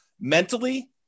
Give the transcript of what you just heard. mentally